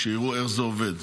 כשיראו איך זה עובד.